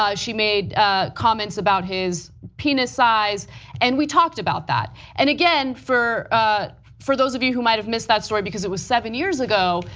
she made comments about his penis size and we talked about that and again, for ah for those of you who might've missed that story because it was seven years ago,